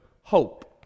hope